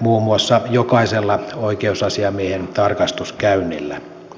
muun muassa jokaisella oikeusasiamiehen tarkastuskäynnillä